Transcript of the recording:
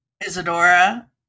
Isadora